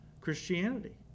Christianity